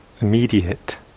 immediate